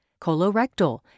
colorectal